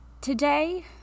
Today